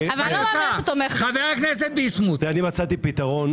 אני מצאתי פתרון,